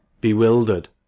bewildered